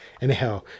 anyhow